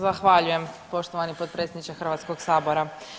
Zahvaljujem poštovani potpredsjedniče Hrvatskog sabora.